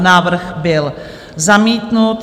Návrh byl zamítnut.